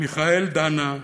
מיכאל דנה,